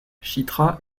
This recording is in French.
chitra